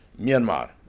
Myanmar